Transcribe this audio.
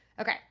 okay